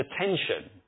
attention